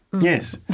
Yes